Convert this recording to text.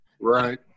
Right